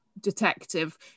detective